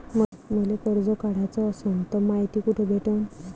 मले कर्ज काढाच असनं तर मायती कुठ भेटनं?